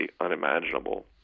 unimaginable